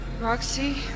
Roxy